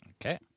Okay